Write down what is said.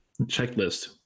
checklist